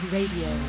Radio